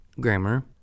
grammar